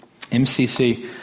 MCC